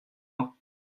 moi